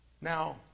Now